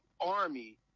army